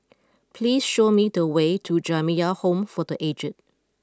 please show me the way to Jamiyah Home for the aged